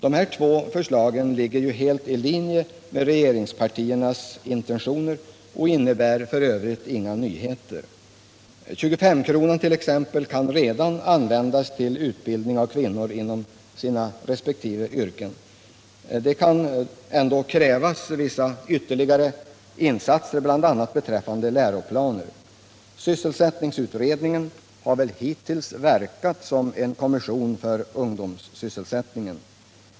De här två förslagen ligger ju helt i linje med regeringspartiernas intentioner och innebär f. ö. inga nyheter. 25-kronan kan t.ex. redan användas till utbildning av kvinnor inom deras resp. yrken. Det kan ändå krävas vissa ytterligare insatser, bl.a. beträffande läroplaner. Sysselsättningsutredningen har väl hittills verkat som en kommission för ungdomssysselsättningen.